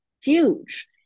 huge